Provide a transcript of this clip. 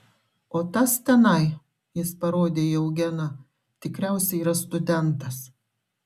o tas tenai jis parodė į eugeną tikriausiai yra studentas